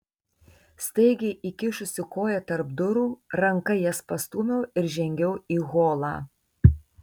staigiai įkišusi koją tarp durų ranka jas pastūmiau ir žengiau į holą